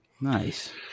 Nice